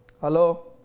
Hello